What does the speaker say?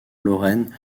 lorraine